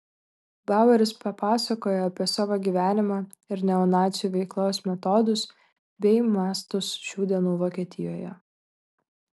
baueris papasakojo apie savo gyvenimą ir neonacių veiklos metodus bei mastus šių dienų vokietijoje